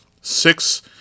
six